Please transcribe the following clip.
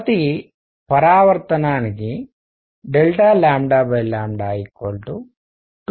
ప్రతి పరావర్తనానికి 2sinc